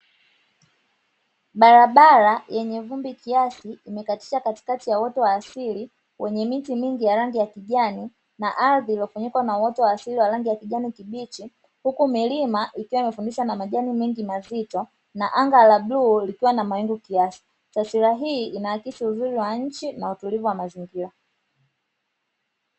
Barabara yenye vumbi kiasi, imekatisha katikati ya uoto wa asili wenye miti mingi ya rangi ya kijani na ardhi iliyofunikwa na uoto wa asili wa rangi ya kijani kibichi, huku milima ikiwa imefunikwa na majani mengi mazito na anga la bluu likiwa na mawingu kiasi. Taswira hii inaakisi uzuri wa nchi na utulivu wa mazingira.